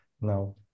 now